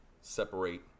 separate